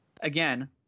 again